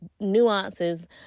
nuances